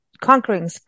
conquering